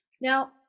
now